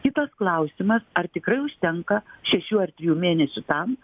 kitas klausimas ar tikrai užtenka šešių ar trijų mėnesių tam